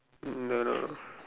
um um don't know